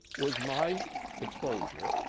was my exposure